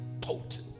potent